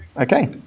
Okay